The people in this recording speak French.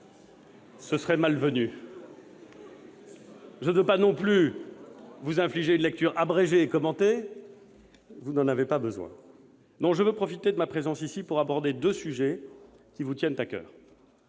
Ce serait malvenu ! Je ne veux pas non plus vous en infliger une lecture abrégée et commentée, vous n'en avez pas besoin. Non, je veux profiter de ma présence ici pour aborder deux sujets qui vous tiennent à coeur,